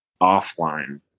offline